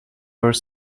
were